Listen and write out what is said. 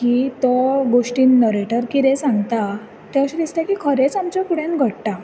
की तो गोश्टीन नरेटर कितें सांगता तें अशें दिसता की खरेंच आमच्या फुड्यान घडटा